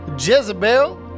Jezebel